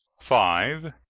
five.